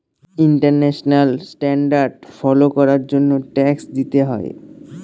international standard follow করার জন্য tax দিতে হয়